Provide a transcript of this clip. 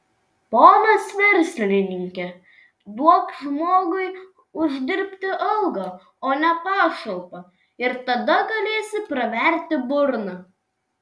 ponas verslininke duok žmogui uždirbti algą o ne pašalpą ir tada galėsi praverti burną